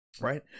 right